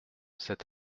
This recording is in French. cet